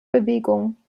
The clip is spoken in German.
bewegung